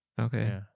Okay